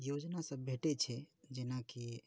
योजना सब भेटै छै जेनाकि